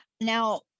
Now